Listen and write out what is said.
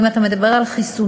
אם אתה מדבר על חיסונים,